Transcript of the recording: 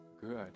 good